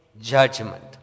judgment